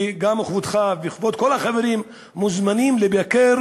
וגם כבודך, וכבוד כל החברים מוזמנים לבקר